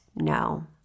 No